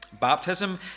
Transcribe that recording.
baptism